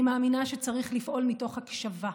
אני מאמינה שצריך לפעול מתוך הקשבה,